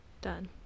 done